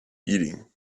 eating